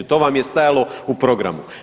To vam je stajalo u programu.